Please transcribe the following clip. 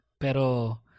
Pero